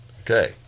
Okay